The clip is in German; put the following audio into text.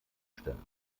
stellen